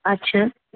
আচ্ছা